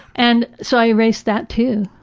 and, so i erased that too.